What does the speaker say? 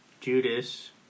Judas